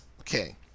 okay